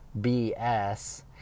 BS